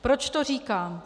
Proč to říkám?